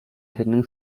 training